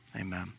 amen